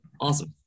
awesome